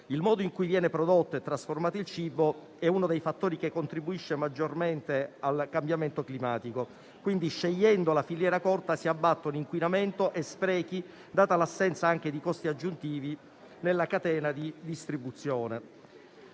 Il modo in cui viene prodotto e trasformato il cibo è uno dei fattori che contribuisce maggiormente al cambiamento climatico. Scegliendo la filiera corta si abbattono inquinamento e sprechi data l'assenza di costi aggiuntivi nella catena di distribuzione.